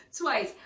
twice